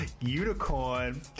unicorn